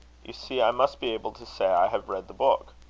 you see i must be able to say i have read the book.